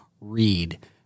read